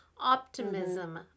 optimism